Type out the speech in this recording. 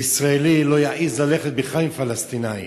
ישראלי לא יעז ללכת בכלל עם פלסטינית.